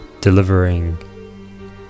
Delivering